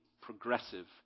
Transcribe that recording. progressive